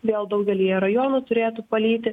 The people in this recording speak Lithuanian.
vėl daugelyje rajonų turėtų palyti